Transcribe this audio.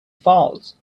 falls